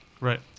Right